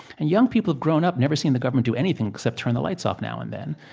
and young people have grown up never seeing the government do anything except turn the lights off now and then.